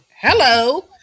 Hello